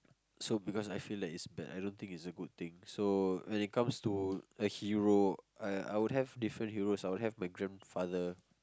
so because I feel like it's bad I don't think it's a good thing so when it comes to a hero I I would have different heroes I would have my grandfather